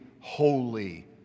holy